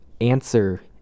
answer